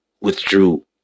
withdrew